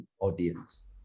audience